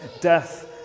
death